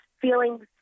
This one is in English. feelings